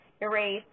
erase